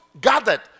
gathered